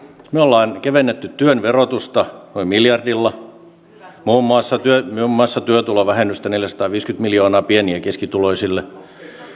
me olemme keventäneet työn verotusta noin miljardilla muun muassa työtulovähennystä neljäsataaviisikymmentä miljoonaa pieni ja keskituloisille nämä